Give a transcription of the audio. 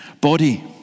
body